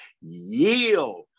Yield